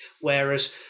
Whereas